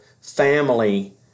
family